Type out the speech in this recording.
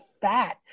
fat